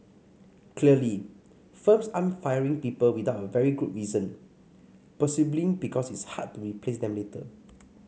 clearly firms aren't firing people without a very good reason presumably because it's so hard to replace them later